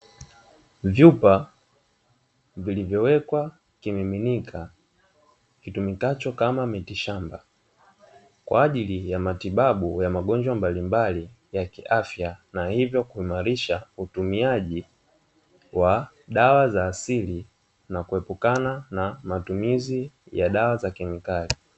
Vyupa vilivyowekwa kimiminika kitumikacho kama mitishamba kwa ajili ya matibabu ya magonjwa mbalimbali ya kiafya, na hivyo kuimarisha utumiaji wa dawa za asili na kuepukana na matumizi ya dawa za kemikali.